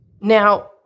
Now